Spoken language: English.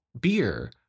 beer